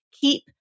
keep